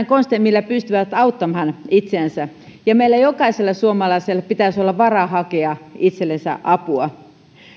konsteja millä pystyvät auttamaan itseänsä ja meillä jokaisella suomalaisella pitäisi olla varaa hakea itsellensä apua